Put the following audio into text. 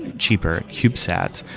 and cheaper cubesats.